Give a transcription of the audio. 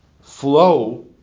flow